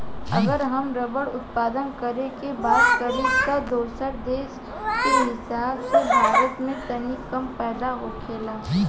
अगर हम रबड़ उत्पादन करे के बात करी त दोसरा देश के हिसाब से भारत में तनी कम पैदा होखेला